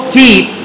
deep